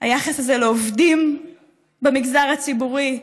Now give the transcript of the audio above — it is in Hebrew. היחס הזה לעובדים במגזר הציבורי?